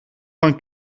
van